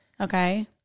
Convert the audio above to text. Okay